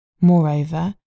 Moreover